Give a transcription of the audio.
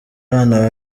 abana